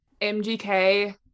mgk